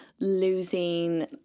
losing